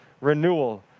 renewal